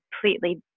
completely